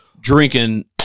drinking